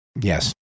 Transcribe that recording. Yes